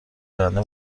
آینده